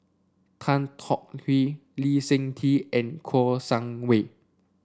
Tan Tong Hye Lee Seng Tee and Kouo Shang Wei